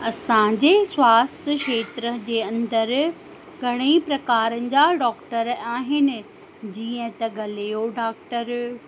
असांजी स्वास्थ्य खेत्र जे अंदरु घणेई प्रकारनि जा डॉक्टर आहिनि जीअं त गले जो डॉक्टर